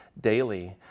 daily